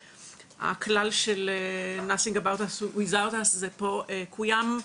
הכלל של nothing about us without us קוים פה,